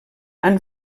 han